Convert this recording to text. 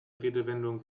redewendungen